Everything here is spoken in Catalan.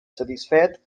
satisfet